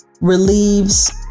relieves